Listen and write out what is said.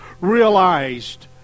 realized